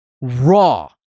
raw